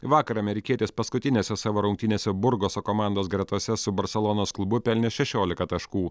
vakar amerikietis paskutinėse savo rungtynėse burgoso komandos gretose su barselonos klubu pelnė šešiolika taškų